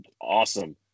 awesome